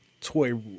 toy